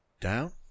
down